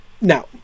Now